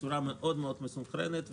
בצורה מסונכרנת מאוד.